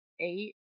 Eight